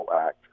act